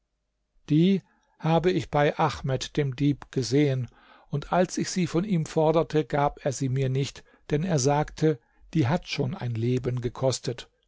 die habe ich bei ahmed dem dieb gesehen und als ich sie von ihm forderte gab er sie mir nicht denn er sagte die hat schon ein leben gekostet